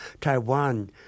Taiwan